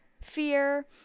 fear